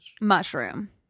Mushroom